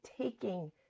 taking